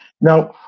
Now